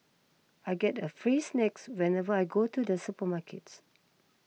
I get a free snacks whenever I go to the supermarket